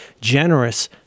generous